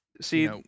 See